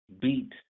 beat